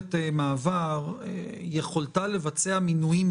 שממשלת מעבר יכולתה לבצע מינויים,